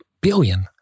billion